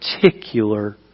particular